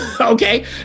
okay